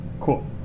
cool